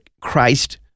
Christ